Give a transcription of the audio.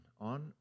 on